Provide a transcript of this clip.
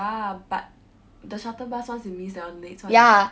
ya but the shuttle bus once you miss that one late so I